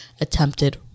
attempted